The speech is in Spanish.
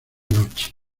noche